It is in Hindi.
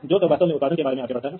इसलिए वे बहुत बड़े कारखाने हैं